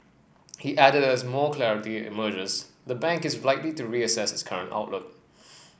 he added that as more clarity emerges the bank is likely to reassess its current outlook